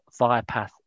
Viapath